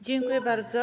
Dziękuję bardzo.